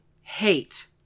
hate